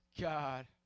God